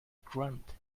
grunt